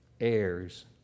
heirs